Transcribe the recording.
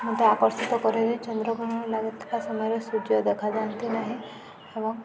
ମୋତେ ଆକର୍ଷିତ କରେ ଯେ ଚନ୍ଦ୍ରଗ୍ରହଣ ଲାଗିଥିବା ସମୟରେ ସୂର୍ଯ୍ୟ ଦେଖାଯାଆନ୍ତି ନାହିଁ ଏବଂ